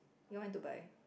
you want to buy